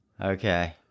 Okay